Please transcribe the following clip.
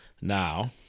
Now